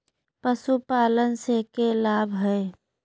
पशुपालन से के लाभ हय?